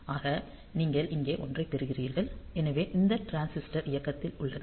ஆக நீங்கள் இங்கே 1 ஐப் பெறுகிறீர்கள் எனவே இந்த டிரான்சிஸ்டர் இயக்கத்தில் உள்ளது